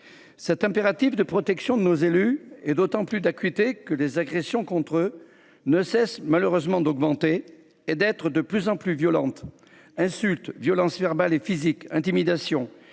Cet impératif de protection de nos élus s’impose avec d’autant plus d’acuité que les agressions contre eux ne cessent malheureusement d’augmenter et d’être de plus en plus violentes : insultes, violences verbales et physiques, intimidations,